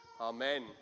Amen